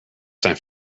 zijn